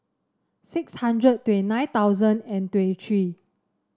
six hundred and twenty nine thousand and twenty three